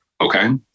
Okay